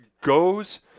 goes